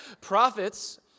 Prophets